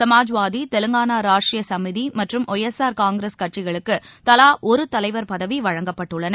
சமாஜ்வாதி தெலங்கானா ராஷ்ட்ரசமிதிமற்றும் YSR Congress கட்சிகளுக்குதவாஒருதலைவர் பதவிவழங்கப்பட்டுள்ளன